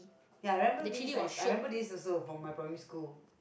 ya I remember this I I remember this also from my primary school